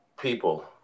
people